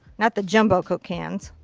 not the jumbo coke cans.